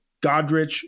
godrich